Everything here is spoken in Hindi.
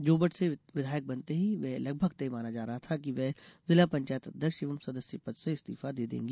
जोबट से विधायक बनते ही यह लगभग तय माना जा रहा था कि वे जिला पंचायत अध्यक्ष एवं सदस्य पद से इस्तीफा दे देंगी